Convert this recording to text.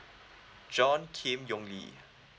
john kim yong lee